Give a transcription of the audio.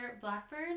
Blackburn